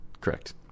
Correct